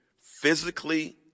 physically